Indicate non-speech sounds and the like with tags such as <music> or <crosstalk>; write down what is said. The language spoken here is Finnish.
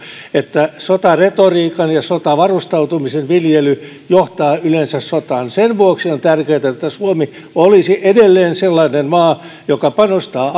että sotaretoriikan ja sotavarustautumisen viljely johtaa yleensä sotaan sen vuoksi on tärkeätä että suomi olisi edelleen sellainen maa joka panostaa <unintelligible>